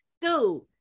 Dude